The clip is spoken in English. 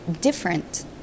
different